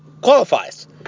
qualifies